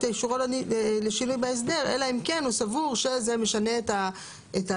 האישור לשינוי בהסדר אלא אם כן הוא סבור שזה משנה את היחס.